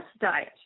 diet